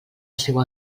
seua